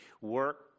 work